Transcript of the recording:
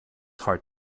hard